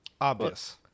Obvious